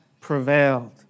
prevailed